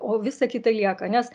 o visa kita lieka nes